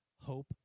hope